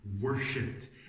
worshipped